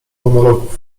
monologów